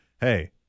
Hey